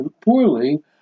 poorly